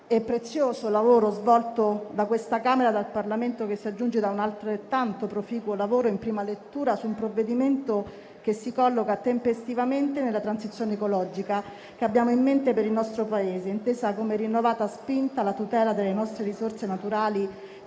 e prezioso lavoro svolto da questa Camera del Parlamento, che si aggiunge a un altrettanto proficuo lavoro in prima lettura su un provvedimento che si colloca tempestivamente nella transizione ecologica che abbiamo in mente per il nostro Paese, intesa come rinnovata spinta alla tutela delle nostre risorse naturali,